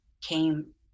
came